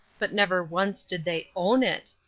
but never once did they own it.